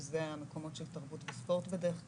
שזה המקומות של תרבות וספורט בדרך כלל,